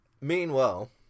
Meanwhile